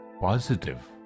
positive